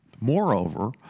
Moreover